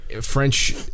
French